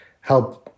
help